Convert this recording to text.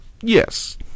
yes